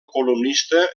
columnista